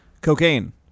cocaine